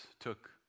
took